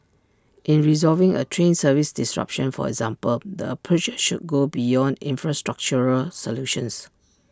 in resolving A train service disruption for example the approach should go beyond infrastructural solutions